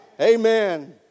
Amen